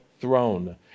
throne